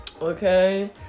Okay